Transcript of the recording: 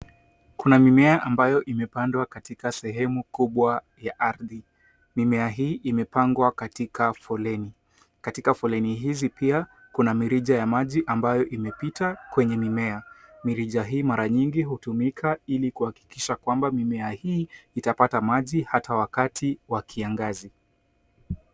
Kuna mimea ambayo imepandwa katika sehemu kubwa ya ardhi. Mimea hii imepangwa katika foleni. Katika foleni hizi pia kuna mirija ya maji ambayo imepita kwenye mimea. Mirija hii mara nyingi hutumika ili kuhakikisha kwamba mimea hii itapata maji ata wakati wa kiangazi.